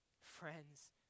Friends